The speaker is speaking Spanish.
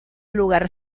lugar